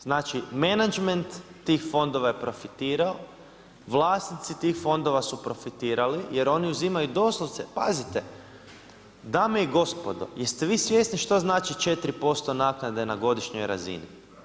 Znači menadžment tih fondova je profitirao, vlasnici tih fondova su profitirali jer oni uzimaju doslovce, pazite, dame i gospodo, jeste vi svjesni što znači 4% naknade na godišnjoj razini?